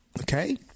Okay